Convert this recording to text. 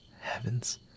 Heavens